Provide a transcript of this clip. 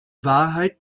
wahrheit